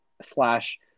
slash